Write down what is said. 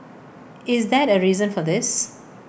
is that A reason for this